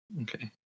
Okay